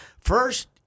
first